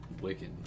wicked